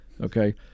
Okay